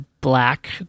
black